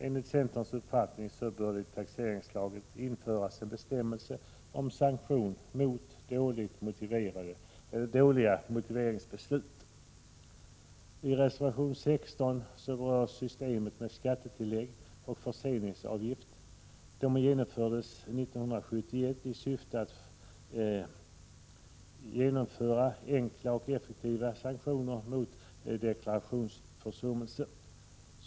Enligt centerns uppfattning bör det i taxeringslagen införas en bestämmelse om sanktion mot dåliga motiveringsbeslut. I reservation 16 behandlas systemet med skattetillägg och förseningsavgift som genomfördes 1971 i syfte att genomföra enkla och effektiva sanktioner mot deklarationsförsummelser.